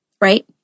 Right